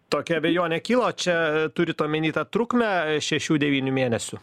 tokia abejonė kilo čia turit omeny tą trukmę šešių devynių mėnesių